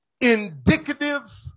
indicative